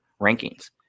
rankings